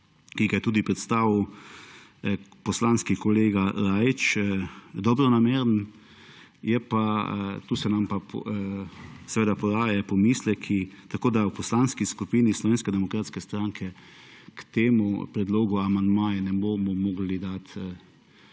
ki ga je tudi predstavil poslanski kolega Rajić dobronameren. Tu se nam pa porajajo pomisleki, tako da v Poslanski skupini Slovenske demokratske stranke temu predlogu amandmaja ne bomo mogli dati